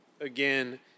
again